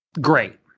great